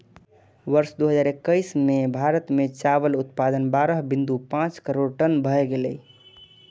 वर्ष दू हजार एक्कैस मे भारत मे चावल उत्पादन बारह बिंदु पांच करोड़ टन भए गेलै